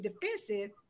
defensive